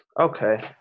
Okay